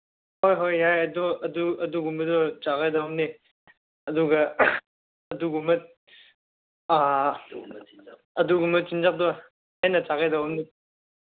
ꯍꯣꯏ ꯍꯣꯏ ꯌꯥꯏ ꯑꯗꯣ ꯑꯗꯨꯒꯨꯝꯕꯗꯣ ꯆꯥꯒꯗꯧꯅꯤ ꯑꯗꯨꯒ ꯑꯗꯨꯒꯨꯝꯕ ꯑꯗꯨꯒꯨꯝꯕ ꯆꯤꯟꯖꯥꯛꯇꯣ ꯍꯦꯟꯅ ꯆꯥꯒꯗꯧꯅꯤ